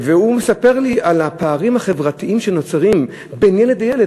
והוא מספר לי על הפערים החברתיים שנוצרים בין ילד לילד.